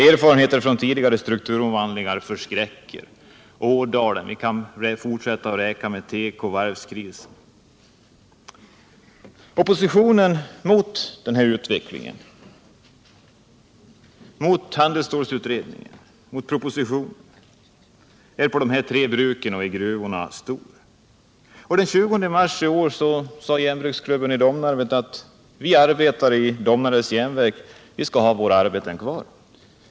Erfarenheterna från tidigare strukturomvandlingar förskräcker — det kan räcka med att peka på Ådalen samt tekooch varvskriserna. Oppositionen mot handelsstålsutredningen och mot propositionen är stark inom de tre bruken och i gruvorna. Den 20 mars i år uttalade Järnbruksklubben vid Domnarvet: äl ”Vi arbetare i Domnarvets järnverk skall ha våra arbeten kvar.